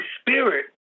Spirit